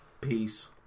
Peace